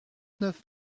neuf